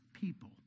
people